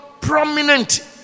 prominent